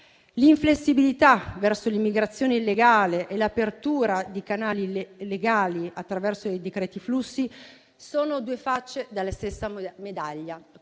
L'inflessibilità verso l'immigrazione illegale e l'apertura di canali legali attraverso i decreti flussi sono due facce della stessa medaglia,